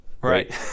right